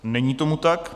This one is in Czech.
Není tomu tak.